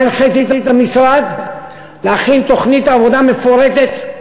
הנחיתי את המשרד להכין תוכנית עבודה מפורטת.